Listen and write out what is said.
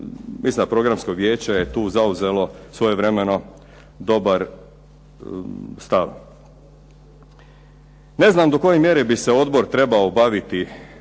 mislim da Programsko vijeće je tu zauzelo svojevremeno dobar stav. Ne znam do koje mjere bi se odbor trebao baviti